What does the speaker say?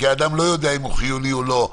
כי האדם לא יודע אם הוא חיוני או לא,